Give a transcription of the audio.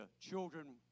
children